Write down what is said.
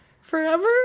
Forever